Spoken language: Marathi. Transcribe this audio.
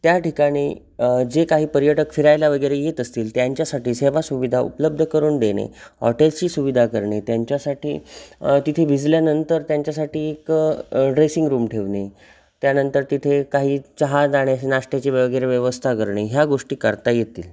त्या ठिकाणी जे काही पर्यटक फिरायला वगैरे येत असतील त्यांच्यासाठी सेवा सुविधा उपलब्ध करून देणे हॉटेल्सची सुविधा करणे त्यांच्यासाठी तिथे भिजल्यानंतर त्यांच्यासाठी एक ड्रेसिंग रूम ठेवणे त्यानंतर तिथे काही चहा जाण्याची नाश्त्याची वगैरे व्यवस्था करणे ह्या गोष्टी करता येतील